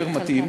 יותר מתאימה,